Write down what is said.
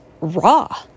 raw